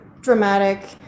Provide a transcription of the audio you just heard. dramatic